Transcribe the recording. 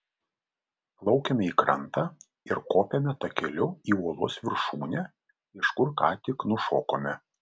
plaukiame į krantą ir kopiame takeliu į uolos viršūnę iš kur ką tik nušokome